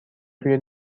توی